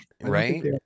right